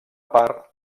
part